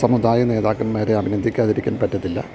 സമുദായ നേതാക്കന്മാരെ അഭിനന്ദിക്കാതിരിക്കാൻ പറ്റില്ല